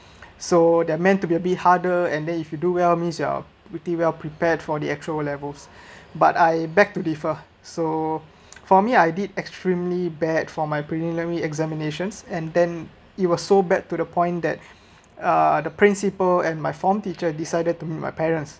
so there’re meant to be a bit harder and then if you do well means you're pretty well prepared for the actual o-levels but I back to differ so for me I did extremely bad for my preliminary examinations and then it was so bad to the point that uh the principle and my form teacher decided to meet my parents